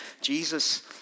Jesus